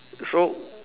so